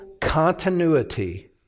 continuity